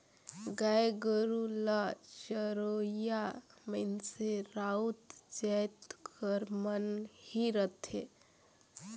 गाय गरू ल चरोइया मइनसे राउत जाएत कर मन ही रहथें